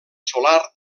solar